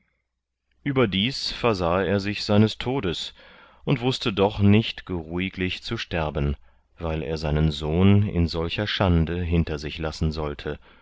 überdies versahe er sich seines todes und wußte doch nicht geruhiglich zu sterben weil er seinen sohn in solcher schande hinter sich lassen sollte